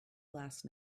last